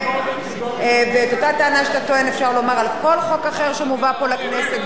ואת אותה טענה שאתה טוען אפשר לומר על כל חוק אחר שמובא פה לכנסת ועובר.